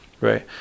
right